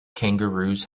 kangaroos